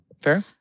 Fair